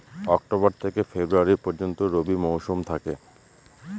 October থেকে ফেব্রুয়ারি পর্যন্ত রবি মৌসুম থাকে